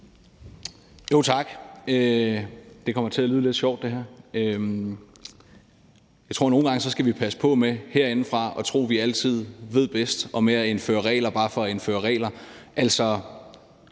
Tak. Det her kommer til at lyde lidt sjovt. Jeg tror, at vi nogle gange skal passe på med herindefra at tro, at vi altid ved bedst, og med at indføre regler bare for at indføre regler.